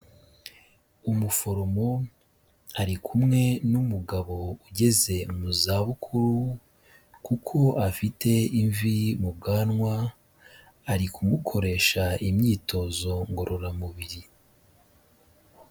Umuforomo ari kumwe n'umugabo ugeze mu zabukuru kuko afite imvi mu bwanwa, ari kumukoresha imyitozo ngororamubiri.